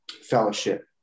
fellowship